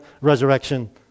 resurrection